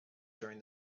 during